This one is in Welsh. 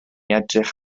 edrych